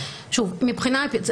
עד ה-1 באפריל.